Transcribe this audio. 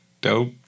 Dope